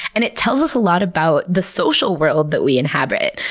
and it tells us a lot about the social world that we inhabit.